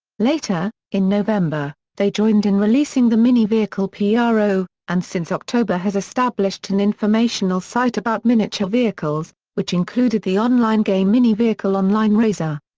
later, in november, they joined in releasing the mini vehicle ah pro, and since october has established an informational site about miniature vehicles, which included the online game mini vehicle online racer.